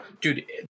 dude